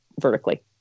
vertically